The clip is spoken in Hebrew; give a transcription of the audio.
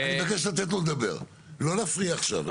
אני מבקש לתת לו לדבר ולא להפריע עכשיו.